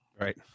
Right